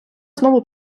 знову